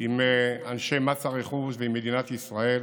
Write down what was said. עם אנשי מס הרכוש ועם מדינת ישראל.